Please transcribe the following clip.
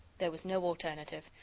there was no alternative.